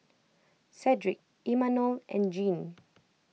Cedric Imanol and Jean